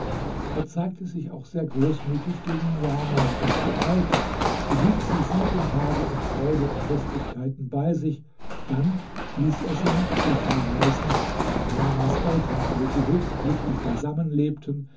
er zeigte sich auch sehr großmütig gegen niamah und die alte behielt sie sieben tage in freude und festlichkeiten bei sich dann ließ er sie nach kufa reisen zu niamahs eltern wo sie höchst glücklich beisammen lebten